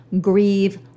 grieve